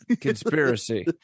conspiracy